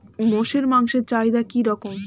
মোষের মাংসের চাহিদা কি রকম?